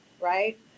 right